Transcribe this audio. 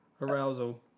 arousal